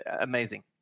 amazing